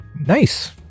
nice